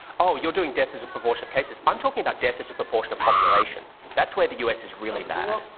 oh, you're doing death as a proportion of cases. i'm talking about death as a proportion of population. population. that's where the u s. is really bad.